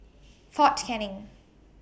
Fort Canning